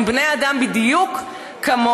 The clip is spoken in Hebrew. הם בני אדם בדיוק כמוכם,